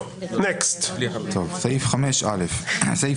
סעיף 5א, סעיף